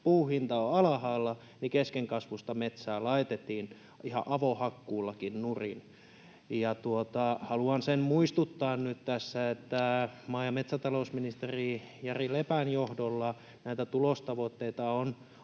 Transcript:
puun hinta on alhaalla, niin keskenkasvuista metsää laitettiin ihan avohakkuullakin nurin. Haluan siitä muistuttaa nyt tässä, että maa- ja metsätalousministeri Jari Lepän johdolla näitä tulostavoitteita on